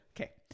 Okay